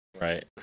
Right